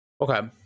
Okay